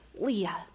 Leah